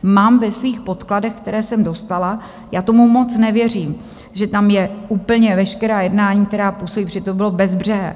Mám ve svých podkladech, které jsem dostala já tomu moc nevěřím že tam jsou úplně veškerá jednání, to by bylo bezbřehé.